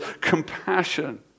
compassion